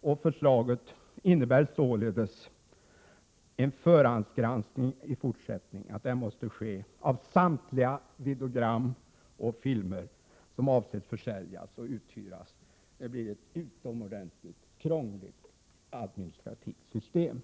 och förslaget innebär således att förhandsgranskning i fortsättningen måste ske av samtliga videogram och filmer som skall försäljas eller uthyras. Det blir ett utomordentligt krångligt administrativt system.